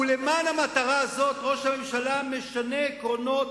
ולמען המטרה הזאת ראש הממשלה משנה עקרונות